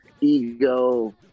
ego